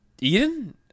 Eden